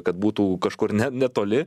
kad būtų kažkur ne netoli